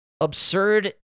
absurd